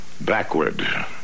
backward